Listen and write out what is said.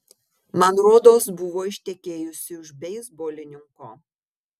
man rodos buvo ištekėjusi už beisbolininko